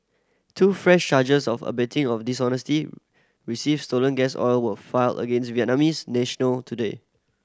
two fresh charges of abetting of dishonesty receive stolen gas oil were filed against a Vietnamese national today